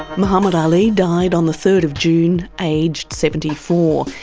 muhammad ali died on the third of june, aged seventy four.